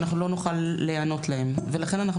אנחנו לא נוכל להיענות להן ולכן אנחנו